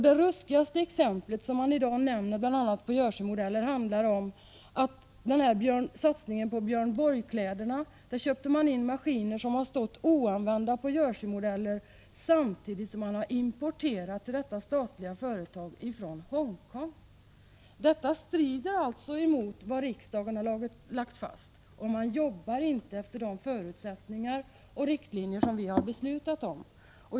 Det ruskigaste exemplet är från Jersey-Modeller, där man vid satsningen på Björn Borg-kläderna köpte in maskiner som har stått oanvända på Jersey-Modeller samtidigt som man till detta statliga företag har importerat från Hongkong! Detta strider mot de principer riksdagen lagt fast. Man jobbar inte efter de förutsättningar och riktlinjer som vi har beslutat om.